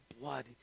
blood